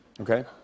Okay